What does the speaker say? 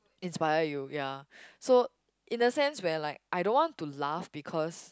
inspire you ya so in a sense where like I don't want to laugh because